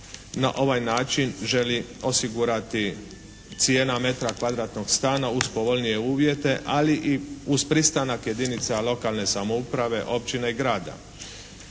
na ovaj način želi osigurati cijena metra kvadratnog stana uz povoljnije uvjete, ali i uz pristanak jedinica lokalne samouprave, općina i grada,